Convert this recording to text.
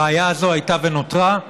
הבעיה הזו הייתה ונותרה,